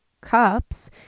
cups